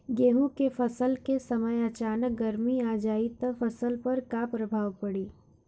गेहुँ के फसल के समय अचानक गर्मी आ जाई त फसल पर का प्रभाव पड़ी?